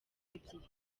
ebyiri